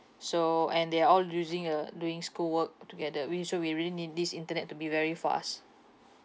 so and they are all using uh doing school work to~ together we so we really need this internet to be very fast